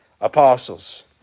apostles